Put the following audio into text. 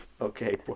Okay